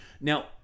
now